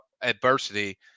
adversity